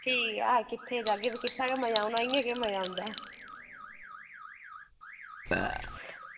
ठीक ऐ हां किट्ठे जाह्गे फ्ही किट्ठा गै मजा औना फ्ही इ'यां केह् मज़ा औंदा